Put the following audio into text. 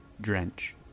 Drench